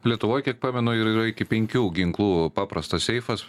lietuvoj kiek pamenu yra iki penkių ginklų paprastas seifas